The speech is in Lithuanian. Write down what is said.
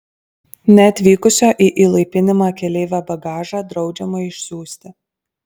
neatvykusio į įlaipinimą keleivio bagažą draudžiama išsiųsti